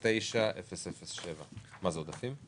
186, 187, 180, 180, משרד המשפטים אושרה.